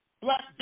Black